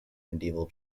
medieval